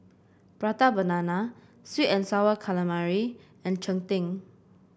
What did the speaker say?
Prata Banana sweet and sour calamari and Cheng Tng